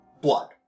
blood